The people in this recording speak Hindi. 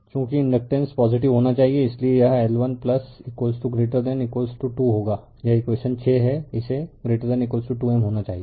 चूँकि इंडकटेंस पॉजिटिव होना चाहिए इसलिए यह L1 2 होगा यह इकवेशन 6 है इसे 2 M होना चाहिए